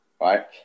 right